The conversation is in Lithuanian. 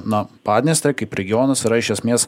na padnestrė kaip regionas yra iš esmės